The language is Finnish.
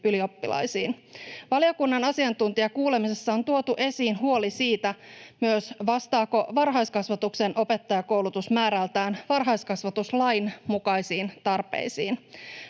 ylioppilaisiin. Valiokunnan asiantuntijakuulemisessa on tuotu esiin huoli myös siitä, vastaako varhaiskasvatuksen opettajakoulutus määrältään varhaiskasvatuslain mukaisiin tarpeisiin.